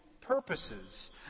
purposes